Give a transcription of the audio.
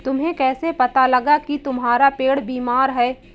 तुम्हें कैसे पता लगा की तुम्हारा पेड़ बीमार है?